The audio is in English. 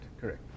correct